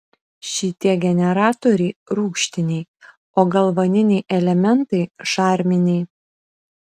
šitie generatoriai rūgštiniai o galvaniniai elementai šarminiai